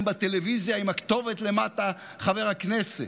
בטלוויזיה עם הכתובת למטה "חבר הכנסת".